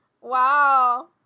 Wow